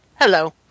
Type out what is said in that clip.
Hello